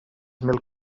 mil